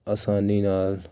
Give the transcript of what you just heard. ਆਸਾਨੀ ਨਾਲ